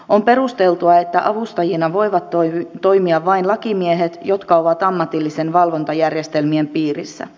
on perusteltua että avustajina voivat toimia vain lakimiehet jotka ovat ammatillisten valvontajärjestelmien piirissä